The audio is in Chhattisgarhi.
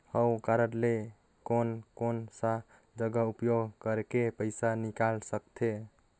हव कारड ले कोन कोन सा जगह उपयोग करेके पइसा निकाल सकथे?